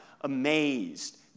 amazed